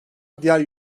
diğer